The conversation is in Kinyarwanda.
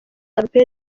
albert